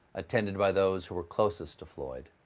attended by those who were closest to floyd.